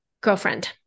Girlfriend